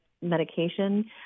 medication